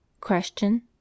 Question